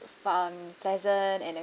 um pleasant and a